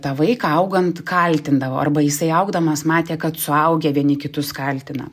tą vaiką augant kaltindavo arba jisai augdamas matė kad suaugę vieni kitus kaltina